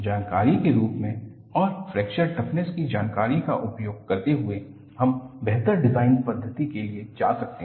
जानकारी के रूप में और फ्रैक्चर टफनेस की जानकारी का उपयोग करते हुए हम बेहतर डिजाइन पद्धति के लिए जा सकते हैं